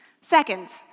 Second